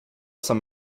some